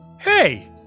Hey